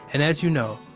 and as you know,